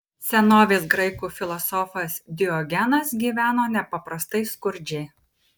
senovės graikų filosofas diogenas gyveno nepaprastai skurdžiai